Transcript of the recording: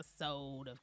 episode